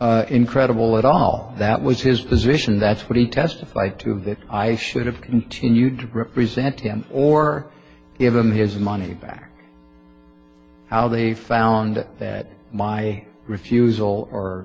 not incredible at all that was his position that's what he testified to that i should have continued to represent him or give them his money back how they found that my refusal or